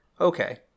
Okay